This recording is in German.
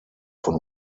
von